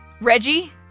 Reggie